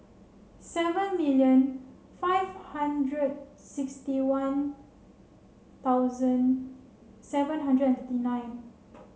seven million five hundred sixty one thousand seven hundred and thirty nine